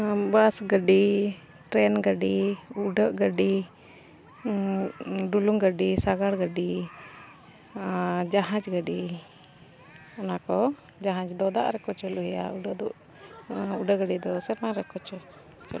ᱵᱟᱥ ᱜᱟᱹᱰᱤ ᱴᱨᱮᱱ ᱜᱟᱹᱰᱤ ᱩᱰᱟᱹᱜ ᱜᱟᱹᱰᱤ ᱰᱩᱞᱩᱝ ᱜᱟᱹᱰᱤ ᱥᱟᱜᱟᱲ ᱜᱟᱹᱰᱤ ᱡᱟᱦᱟᱡᱽ ᱜᱟᱹᱰᱤ ᱚᱱᱟᱠᱚ ᱡᱟᱦᱟᱡᱽ ᱫᱚ ᱫᱟᱜ ᱨᱮᱠᱚ ᱪᱟᱹᱞᱩᱭᱟ ᱩᱰᱟᱹᱜ ᱜᱟᱹᱰᱤ ᱫᱚ ᱥᱮᱨᱢᱟ ᱨᱮᱠᱚ